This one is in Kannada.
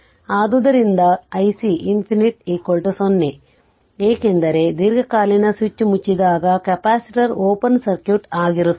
ಆದ್ದರಿಂದ ic ∞ 0 ಏಕೆಂದರೆ ದೀರ್ಘಕಾಲೀನ ಸ್ವಿಚ್ ಮುಚ್ಚಿದಾಗ ಕೆಪಾಸಿಟರ್ ಓಪನ್ ಸರ್ಕ್ಯೂಟ್ ಆಗಿರುತ್ತದೆ